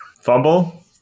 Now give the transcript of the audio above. Fumble